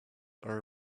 our